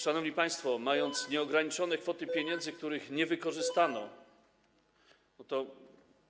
Szanowni państwo, mając nieograniczone kwoty pieniędzy, których nie wykorzystano,